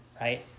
right